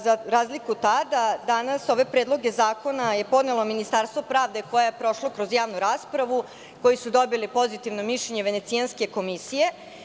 Za razliku od tada, danas ove predloge zakona je podnelo Ministarstvo pravde koji su prošli kroz javnu raspravu, koji su dobili pozitivno mišljenje Venecijanske komisije.